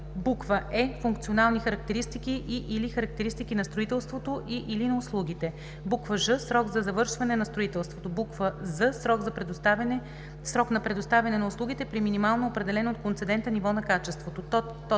база; е) функционални характеристики и/или характеристики на строителството, и/или на услугите; ж) срок на завършване на строителството; з) срок на предоставяне на услугите при минимално определено от концедента ниво на качеството; 2.